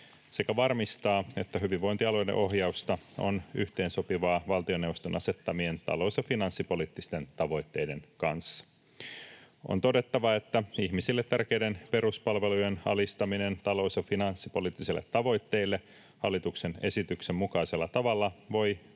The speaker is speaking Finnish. sekä varmistaa, että hyvinvointialueiden ohjaus on yhteensopivaa valtioneuvoston asettamien talous‑ ja finanssipoliittisten tavoitteiden kanssa. On todettava, että ihmisille tärkeiden peruspalvelujen alistaminen talous‑ ja finanssipoliittisille tavoitteille hallituksen esityksen mukaisella tavalla voi